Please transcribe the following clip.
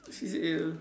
C_C_A